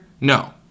No